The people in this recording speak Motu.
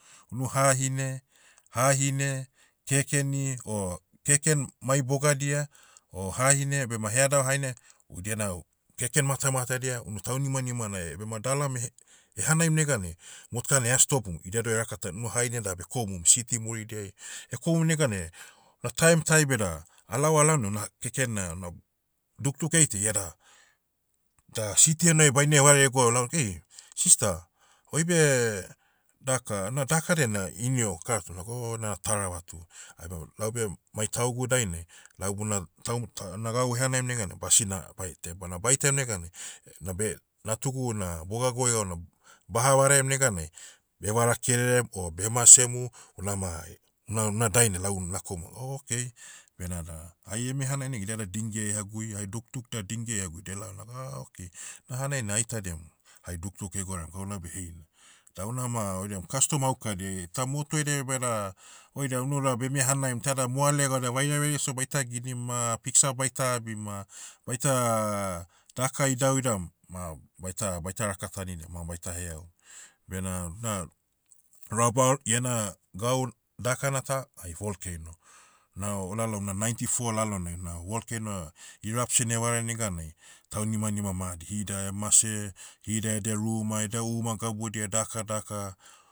Unu hahine- hahine, kekeni o keken, mai bogadia, o hahine bema headava haine, idia na, keken matamatadia, unu taunimanima na eh, bema dalam ehe- ehanaim neganai, motuka na eha stopum, idia doh rakatan- unu haine da bekomum siti muridiai. Ekomu neganai, na taim tai beda, alaova lalnai na, keken na, na, dukduk eitaia iada, da, siti henai baine vareai egwou laug ei, sister, oibe, daka na daka dain na ini o, kara toh. Naga o, na taravatu. Aima- laube, mai taugu dainai, lau buna, taum- ta- na gau ehanaim neganai, basina, bai- tia- bana baitaiam neganai, nabe, natugu na, bogaguai gauna, baha varaem neganai, bevara kererem, o bemasemu, unama- una- una dainai, lau nakomu o okay. Benada, hai eme hanai negan idi ela dingiai eha gui hai dukduk da dingiai eha gui delao naga ah okay. Na hanaina aitadiam, hai dukduk egouraim gauna beh heina. Da unama, odiam kastom aukadia. Ta motu ediai beda, oida unuda bemia hanaim teda moale gaudia vairavairai so baita ginim ma, piksa baita abim ma, baita, daka idauidaum, ma, baita- baita rakatanidiam ma baita heau. Bena na, rabaul, iena, gau, dakana ta, hai volcano. Na olalom na ninety four lalonai na volcano, eruption evara neganai, taunimanima madi hida emase, hida edia ruma edia uma gabudia dakadaka,